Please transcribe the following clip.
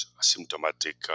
symptomatic